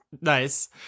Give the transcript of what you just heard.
Nice